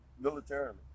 militarily